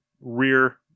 rear